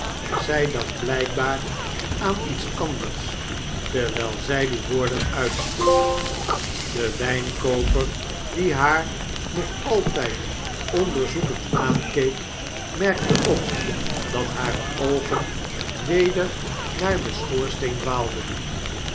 zij dacht blijkbaar aan iets anders terwijl zij die woorden uitsprak de wijnkooper die haar nog altijd onderzoekend aankeek merkte op dat hare oogen weder naar den schoorsteen dwaalden